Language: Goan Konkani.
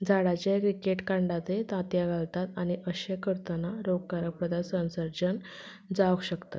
झाडाचे क्रिकेट कांडटा थंय तांतयां घालता आनी अशें करतना रोगकारपदा संसर्जन जावंक शकता